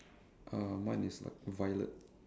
uh mine is like violet